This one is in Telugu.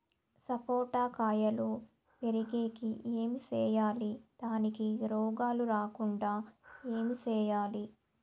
సపోట కాయలు పెరిగేకి ఏమి సేయాలి దానికి రోగాలు రాకుండా ఏమి సేయాలి?